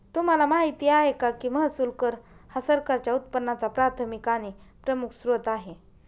तुम्हाला माहिती आहे का की महसूल कर हा सरकारच्या उत्पन्नाचा प्राथमिक आणि प्रमुख स्त्रोत आहे